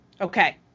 Okay